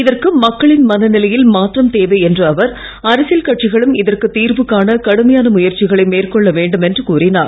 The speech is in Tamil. இதற்கு மக்களின் மனநிலையில் மாற்றம் தேவை என்ற அவர் அரசியல் கட்சிகளும் இதற்கு தீர்வு காண கடுமையான முயற்சிகளை மேற்கொள்ள வேண்டும் என்று கூறினார்